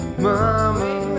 Mommy